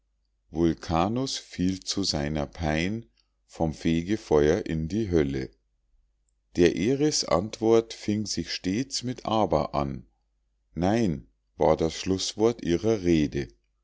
vulkanus fiel zu seiner pein vom fegefeuer in die hölle der eris antwort fing sich stets mit aber an nein war das schlußwort ihrer rede